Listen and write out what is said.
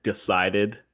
decided